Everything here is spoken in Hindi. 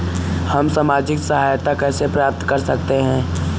हम सामाजिक सहायता कैसे प्राप्त कर सकते हैं?